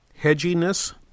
hedginess